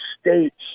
states